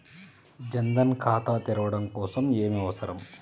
జన్ ధన్ ఖాతా తెరవడం కోసం ఏమి అవసరం?